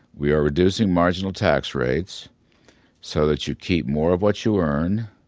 we are reducing marginal tax rates so that you keep more of what you earn